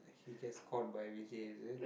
he gets caught by Vijay is it